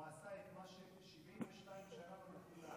הוא עשה את מה ש-72 שנה אנחנו מנסים,